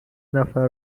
نفر